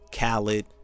Khaled